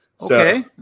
Okay